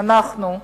אנחנו,